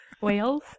Whales